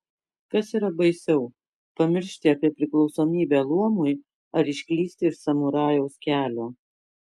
kas yra baisiau pamiršti apie priklausomybę luomui ar išklysti iš samurajaus kelio